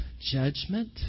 judgment